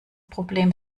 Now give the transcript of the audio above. problem